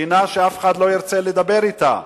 מדינה שאף אחד לא ירצה לדבר אתה.